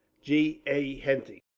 g. a. henty.